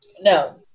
No